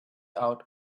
out